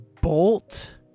Bolt